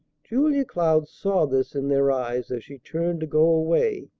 julia cloud saw this in their eyes as she turned to go away,